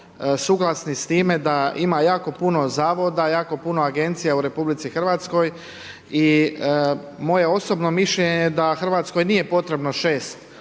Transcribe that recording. suglasni s time da ima jako puno zavoda, jako puno agencija u Republici Hrvatskoj i moje osobno mišljenje je da Hrvatskoj nije potrebno 6